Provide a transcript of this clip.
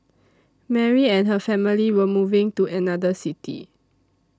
Mary and her family were moving to another city